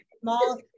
small